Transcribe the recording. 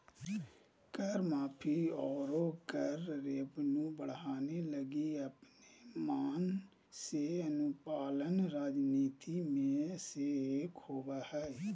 कर माफी, आरो कर रेवेन्यू बढ़ावे लगी अपन मन से अनुपालन रणनीति मे से एक होबा हय